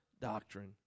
doctrine